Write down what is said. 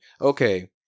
okay